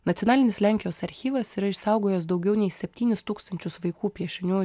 nacionalinis lenkijos archyvas yra išsaugojęs daugiau nei septynis tūkstančius vaikų piešinių